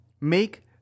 make